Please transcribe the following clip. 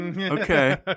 Okay